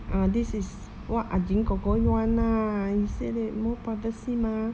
ah this is what ah zi kor kor want lah he said that more privacy mah